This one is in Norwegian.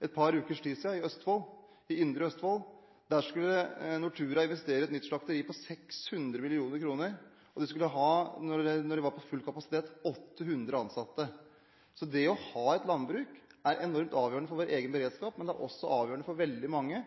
et par ukers tid siden, i Østfold, i indre Østfold. Der skulle Nortura investere i et nytt slakteri til 600 mill. kr, og det skulle, når det var full kapasitet, ha 800 ansatte. Det å ha et landbruk er enormt avgjørende for vår egen beredskap, men det er også veldig